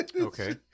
okay